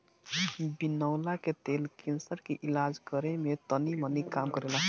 बिनौला के तेल कैंसर के इलाज करे में तनीमनी काम करेला